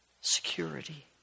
security